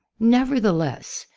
nevertheless,